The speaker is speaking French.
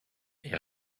est